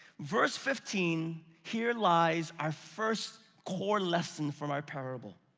verse fifteen, here lies our first core lesson from our parable.